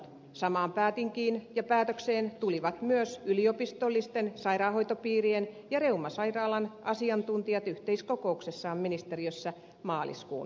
samaan päätinkiin ja päätökseen tulivat myös yliopistollisten sairaanhoitopiirien ja reumasairaalan asiantuntijat yhteiskokouksessaan ministeriössä maaliskuun lopussa